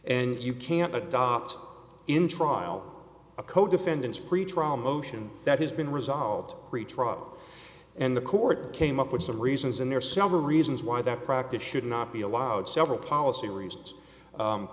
and you can't adopt in trial a co defendants pretrial motion that has been resolved pretrial and the court came up with some reasons and there are several reasons why that practice should not be allowed several policy reasons